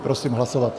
Prosím hlasovat.